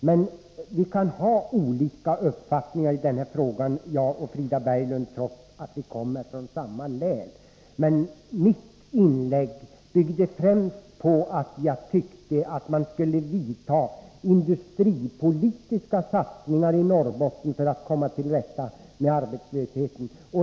Men jag och Frida Berglund kan ha olika uppfattningar i denna fråga, trots att vi kommer från samma län. Mitt inlägg byggde främst på att jag tycker att man skall göra industripolitiska satsningar i Norrbotten för att komma till rätta med arbetslösheten.